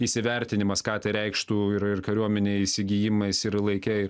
įsivertinimas ką tai reikštų ir ir kariuomenei įsigijimais ir laike